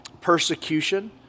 persecution